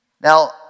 Now